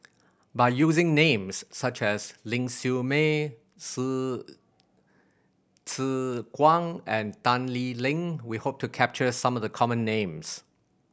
by using names such as Ling Siew May Tse Tse Kwang and Tan Lee Leng we hope to capture some of the common names